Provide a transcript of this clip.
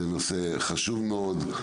זה נושא חשוב מאוד.